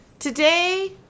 Today